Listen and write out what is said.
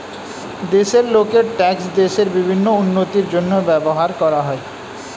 দেশের লোকের ট্যাক্স দেশের বিভিন্ন উন্নতির জন্য ব্যবহার করা হয়